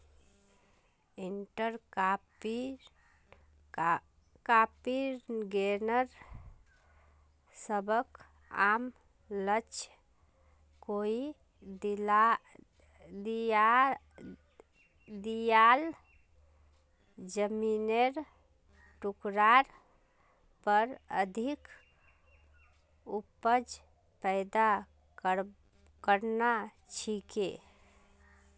इंटरक्रॉपिंगेर सबस आम लक्ष्य कोई दियाल जमिनेर टुकरार पर अधिक उपज पैदा करना छिके